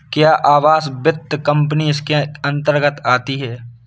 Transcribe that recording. क्या आवास वित्त कंपनी इसके अन्तर्गत आती है?